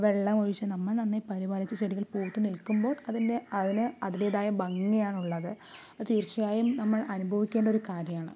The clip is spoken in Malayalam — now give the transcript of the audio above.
വെള്ളമൊഴിച്ച് നമ്മൾ നന്നായി പരിപാലിച്ച് ചെടികൾ പൂത്ത് നിൽക്കുമ്പോൾ അതിൻ്റെ അതിന് അതിന്റേതായിട്ടുള്ള ഭംഗിയാണുള്ളത് അത് തീർച്ചയായും നമ്മൾ അനുഭവിക്കേണ്ട ഒരു കാര്യാണ്